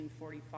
1945